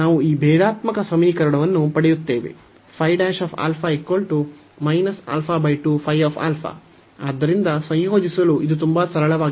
ನಾವು ಈ ಭೇದಾತ್ಮಕ ಸಮೀಕರಣವನ್ನು ಪಡೆಯುತ್ತೇವೆ ಆದ್ದರಿಂದ ಸಂಯೋಜಿಸಲು ಇದು ತುಂಬಾ ಸರಳವಾಗಿದೆ